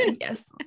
Yes